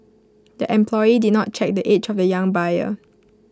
the employee did not check the age of the young buyer